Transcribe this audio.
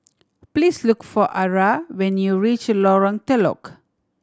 please look for Ara when you reach Lorong Telok